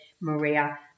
Maria